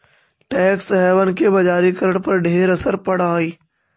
tax haven के बजारिकरण पर ढेर असर पड़ हई